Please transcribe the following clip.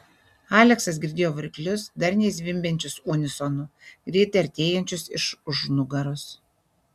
aleksas girdėjo variklius darniai zvimbiančius unisonu greitai artėjančius iš už nugaros